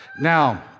Now